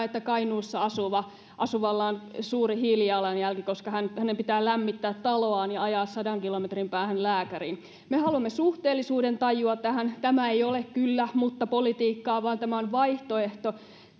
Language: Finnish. että kainuussa asuvalla asuvalla on suuri hiilijalanjälki koska hänen hänen pitää lämmittää taloaan ja ajaa sadan kilometrin päähän lääkäriin me haluamme suhteellisuudentajua tähän tämä ei ole kyllä mutta politiikkaa vaan tämä on vaihtoehto